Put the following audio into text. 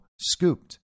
scooped